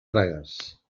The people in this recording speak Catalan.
tragues